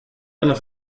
einer